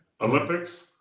Olympics